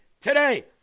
today